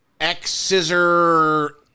X-scissor